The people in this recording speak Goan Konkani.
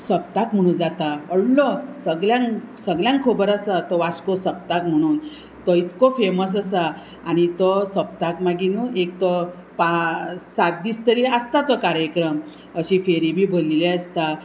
सोप्ताक म्हणून जाता व्हडलो सगल्यांक सगळ्यांक खबर आसा तो वास्को सोपताक म्हणून तो इतको फेमस आसा आनी तो सोपताक मागी न्हू एक तो पां सात दीस तरी आसता तो कार्यक्रम अशी फेरी बी भरिल्ली आसता